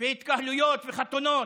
והתקהלויות וחתונות,